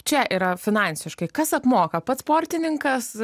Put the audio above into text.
čia yra finansiškai kas apmoka pats sportininkas